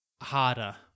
harder